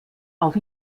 auf